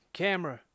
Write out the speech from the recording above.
camera